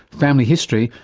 family history,